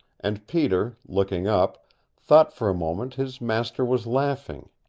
and peter looking up thought for a moment his master was laughing.